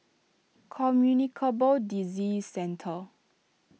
Communicable Disease Centre